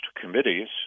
committees